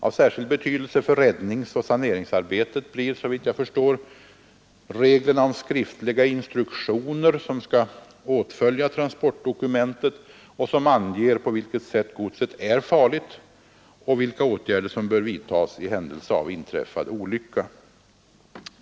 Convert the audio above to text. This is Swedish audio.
Av särskild betydelse för räddningsoch saneringsarbetet blir såvitt jag förstår reglerna om skriftliga instruktioner som skall åtfölja transportdokumentet och som anger på vilket sätt godset är farligt och vilka åtgärder som bör vidtas i händelse av inträffad olycka.